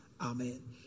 Amen